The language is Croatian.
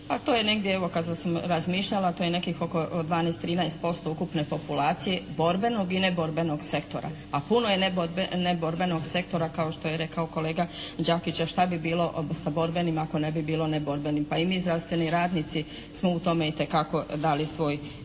Pa to je negdje, evo kada sam razmišljala to je nekih oko 12, 13% ukupne populacije borbenog i neborbenog sektora, a puno je neborbenog sektora kao što je rekao kolega Đakić a šta bi bilo sa borbenim ako ne bi bilo neborbenih. Pa i mi zdravstveni radnici smo u tome itekako dali svoj